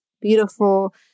beautiful